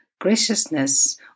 graciousness